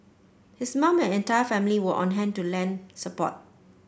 his mum and entire family were on hand to lend support